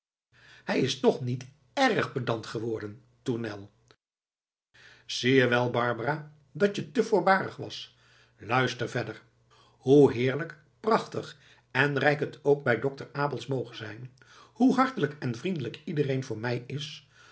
hij is toch niet erg pedant geworden tournel zie je wel barbara dat je te voorbarig was luister verder hoe heerlijk prachtig en rijk het ook bij dokter abels moge zijn hoe hartelijk en vriendelijk iedereen voor mij is